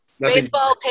Baseball